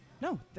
No